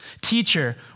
Teacher